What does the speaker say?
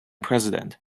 president